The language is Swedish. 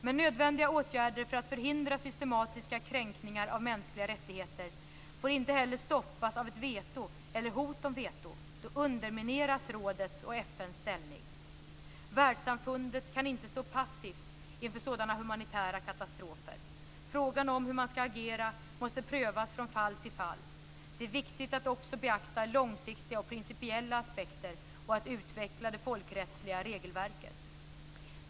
Men nödvändiga åtgärder för att förhindra systematiska kränkningar av mänskliga rättigheter får inte heller stoppas av ett veto eller ett hot om veto. Då undermineras rådets och FN:s ställning. Världssamfundet kan inte stå passivt inför sådana humanitära katastrofer. Frågan om hur man ska agera måste prövas från fall till fall. Det är viktigt att också beakta långsiktiga och principiella aspekter och att utveckla det folkrättsliga regelverket.